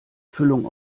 füllung